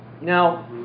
Now